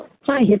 Hi